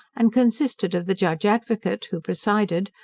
and consisted of the judge advocate, who presided,